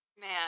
man